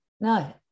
no